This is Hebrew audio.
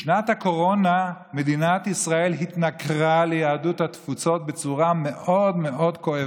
בשנת הקורונה מדינת ישראל התנכרה ליהדות התפוצות בצורה מאוד מאוד כואבת.